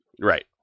Right